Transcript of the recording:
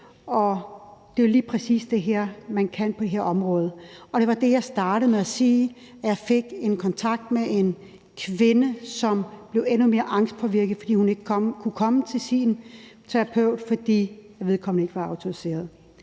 det er jo lige præcis det, man kan på det her område. Det var det, jeg startede med at sige, nemlig at jeg fik kontakt med en kvinde, som blev endnu mere påvirket af angst, fordi hun ikke kunne komme til sin terapeut, fordi vedkommende ikke var autoriseret.